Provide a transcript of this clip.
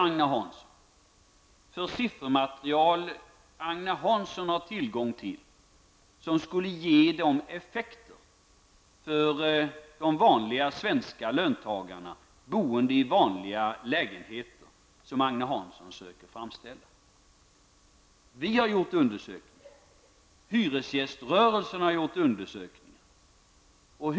Vad är det för siffermaterial Agne Hansson har tillgång till som skulle ge de effekter för de vanliga svenska löntagarna, boende i vanliga lägenheter, som Agne Hansson söker framställa? Vi har gjort undersökningar, och hyresgäströrelsen har gjort undersökningar.